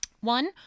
One